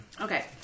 Okay